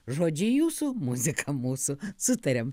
žodžiai jūsų muzika mūsų sutariam